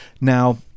Now